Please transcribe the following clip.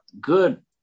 good